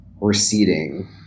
receding